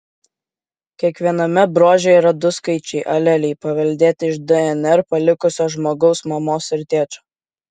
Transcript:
kiekviename bruože yra du skaičiai aleliai paveldėti iš dnr palikusio žmogaus mamos ir tėčio